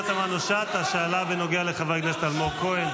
תמנו שטה שאלה בנוגע לחבר הכנסת אלמוג כהן.